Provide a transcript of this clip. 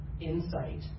insight